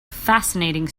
fascinating